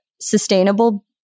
sustainable